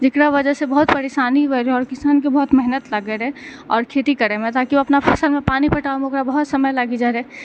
जेकरा वजह सँ बहुत परेशानी भेलै और किसान के बहुत मेहनत लागै रहै और खेती करै मे ताकि ओ अपना फसल मे पानी पटाबै मे ओकरा बहुत समय लागि जाइ रहै